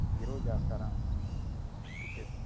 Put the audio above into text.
ఈరోజు చేస్తారా అంటున్నాను టిక్కెటు